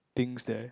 things there